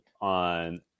on